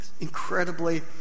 incredibly